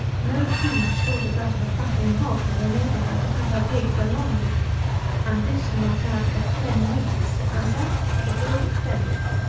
no food short of that of a fatting hog will enable her to keep her pigs alive and this she must have for ten weeks, and that at a great expense.